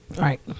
Right